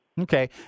Okay